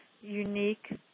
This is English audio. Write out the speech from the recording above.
unique